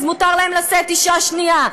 אז מותר להם לשאת אישה שנייה.